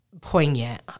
poignant